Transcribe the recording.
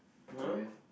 what do you have